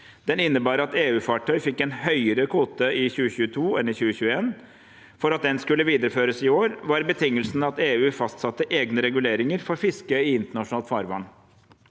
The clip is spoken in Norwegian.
Den innebar at EU-fartøy fikk en høyere kvote i 2022 enn i 2021. For at den skulle videreføres i år, var betingelsen at EU fastsatte egne reguleringer for fiske i internasjonalt farvann.